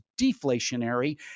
deflationary